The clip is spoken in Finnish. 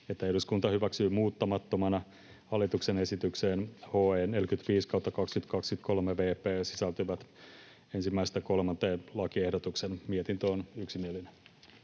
että eduskunta hyväksyy muuttamattomana hallituksen esitykseen HE 45/2023 vp sisältyvät 1.—3. lakiehdotuksen. Mietintö on yksimielinen.